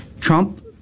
Trump